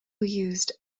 used